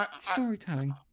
Storytelling